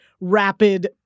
rapid